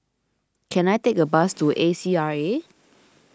can I take a bus to A C R A